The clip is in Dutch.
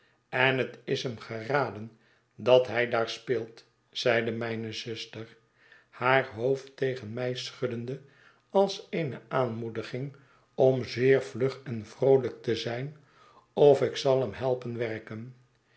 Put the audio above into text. en het is hem geraden dat hij daar speelt zeide mijne zuster haar hoofd tegen mij schuddende als eene aanmoediging om zeer vlug en vroolijk te zijn of ik zal hem helpen werken